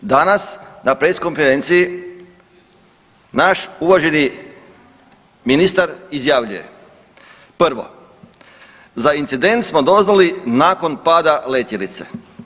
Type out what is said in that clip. Danas na press konferenciji naš uvaženi ministar izjavljuje: Prvo za incident smo doznali nakon pada letjelice.